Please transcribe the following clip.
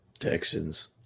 Texans